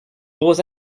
gros